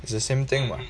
it's the same thing [what]